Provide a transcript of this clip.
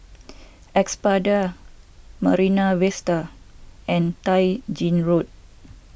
Espada Marine Vista and Tai Gin Road